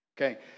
okay